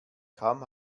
kaum